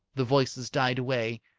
the voices died away.